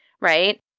Right